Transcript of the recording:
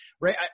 Right